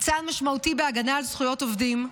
היא צעד משמעותי בהגנה על זכויות עובדים,